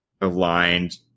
aligned